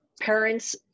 parents